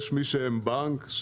יש מי שהם בנק,